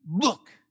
Look